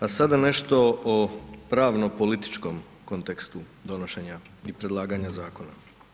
A sada nešto o pravno političkom kontekstu donošenja i predlaganja zakona.